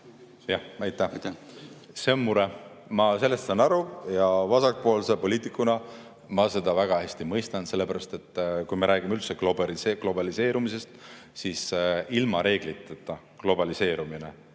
Aitäh! See on mure, ma sellest saan aru. Vasakpoolse poliitikuna ma seda väga hästi mõistan. Sellepärast et kui me räägime üldse globaliseerumisest, siis ilma reegliteta globaliseerumine